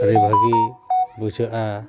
ᱟᱹᱰᱤ ᱵᱷᱟᱹᱜᱤ ᱵᱩᱡᱷᱟᱹᱜᱼᱟ